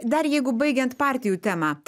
dar jeigu baigiant partijų temą